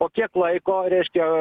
po kiek laiko reiškia